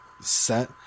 set